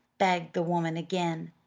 begged the woman again.